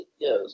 Yes